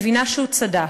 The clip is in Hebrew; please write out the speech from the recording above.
מבינה שהוא צדק.